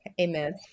Amen